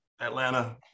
Atlanta